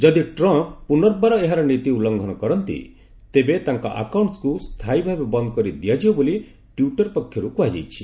ଯଦି ଟ୍ରମ୍ପ୍ ପୁନର୍ବାର ଏହାର ନୀତି ଉଲ୍ଲଙ୍ଘନ କରନ୍ତି ତେବେ ତାଙ୍କ ଆକାଉଣ୍ଟ୍କୁ ସ୍ଥାୟୀ ଭାବେ ବନ୍ଦ୍ କରିଦିଆଯିବ ବୋଲି ଟ୍ୱିଟର୍ ପକ୍ଷରୁ କୁହାଯାଇଛି